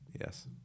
Yes